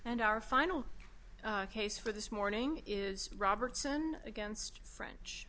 and our final case for this morning is robertson against french